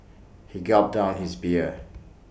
he gulped down his beer